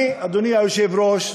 אני, אדוני היושב-ראש וחברי,